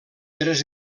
tres